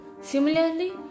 Similarly